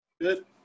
Good